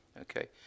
Okay